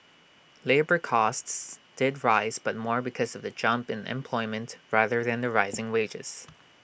labour costs did rise but more because of the jump in employment rather than the rising wages